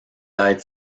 died